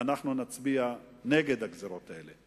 ואנחנו נצביע נגד הגזירות האלה.